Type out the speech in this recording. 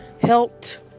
helped